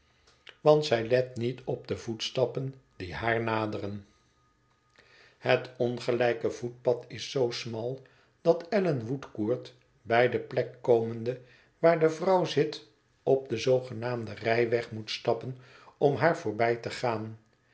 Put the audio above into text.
want zij let niet op de voetstappen die haar naderen het ongelijke voetpad is zoo smal dat allan woodcourt bij de plek komende waar de vrouw zit op den zoogenaamden rijweg moet stappen om haar voorbij te gaan